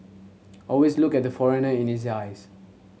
always look at the foreigner in his eyes